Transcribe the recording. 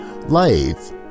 Life